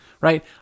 right